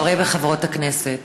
חברי וחברות הכנסת,